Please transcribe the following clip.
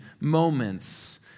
moments